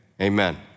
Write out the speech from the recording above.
amen